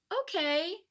okay